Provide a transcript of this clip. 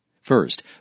First